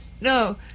No